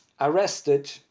arrested